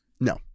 No